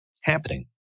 happening